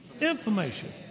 information